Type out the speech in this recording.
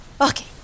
Okay